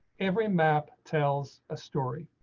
every map tells a story.